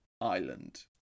island